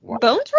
Bones